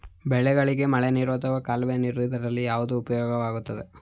ಬೆಳೆಗಳಿಗೆ ಮಳೆನೀರು ಅಥವಾ ಕಾಲುವೆ ನೀರು ಇದರಲ್ಲಿ ಯಾವುದು ಉಪಯುಕ್ತವಾಗುತ್ತದೆ?